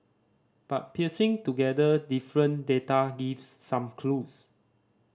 but piecing together different data gives some clues